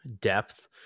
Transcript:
depth